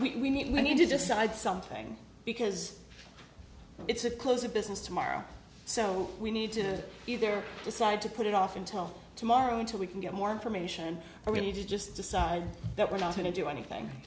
decision we need to decide something because it's a close of business tomorrow so we need to be there decide to put it off until tomorrow until we can get more information or we need to just decide that we're not going to do anything